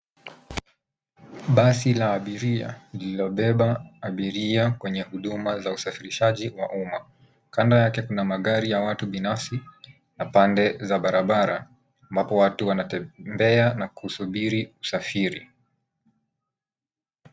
Basi la abiria lililobeba abiria kwenye huduma za usafirishaji wa umma. Kando yake kuna magari ya watu binafsi na pande za barabara ambapo watu wanatembea na kusubiri usafiri.